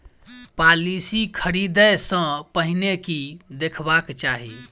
Policy खरीदै सँ पहिने की देखबाक चाहि?